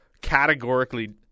categorically